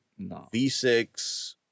V6